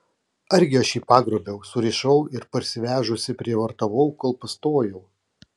argi aš jį pagrobiau surišau ir parsivežusi prievartavau kol pastojau